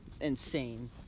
insane